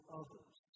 others